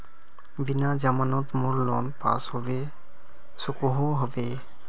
बिना जमानत मोर लोन पास होबे सकोहो होबे?